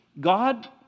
God